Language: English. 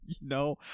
no